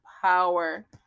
power